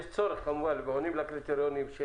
שעונות לקריטריונים,